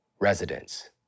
residents